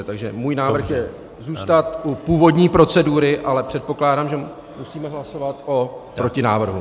Takže můj návrh je zůstat u původní procedury, ale předpokládám, že musíme hlasovat o protinávrhu.